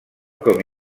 com